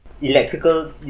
electrical